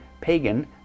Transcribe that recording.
pagan